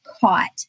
caught